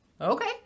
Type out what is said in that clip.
Okay